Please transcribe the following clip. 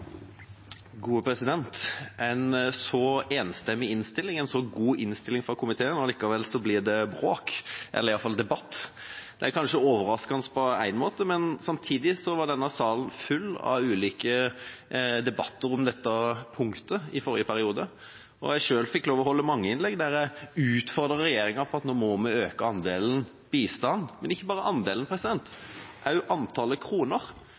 kanskje overraskende på én måte, men samtidig var denne salen full av ulike debatter om dette punktet i forrige periode. Jeg sjøl fikk lov å holde mange innlegg, der jeg utfordret regjeringa på at nå må vi øke andelen bistand – men ikke bare andelen, også antallet kroner.